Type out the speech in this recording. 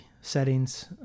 settings